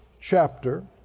chapter